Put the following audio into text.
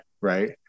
Right